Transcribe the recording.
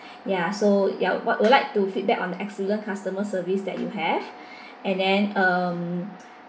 ya so ya what would like to feedback on the excellent customer service that you have and then um